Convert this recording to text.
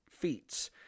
feats